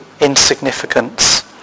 insignificance